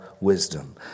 wisdom